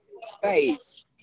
space